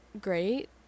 great